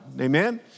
Amen